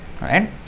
Right